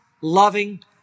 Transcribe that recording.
loving